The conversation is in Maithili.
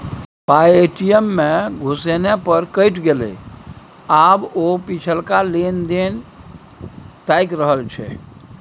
पाय ए.टी.एम मे घुसेने पर कटि गेलै आब ओ पिछलका लेन देन ताकि रहल छै